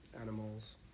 animals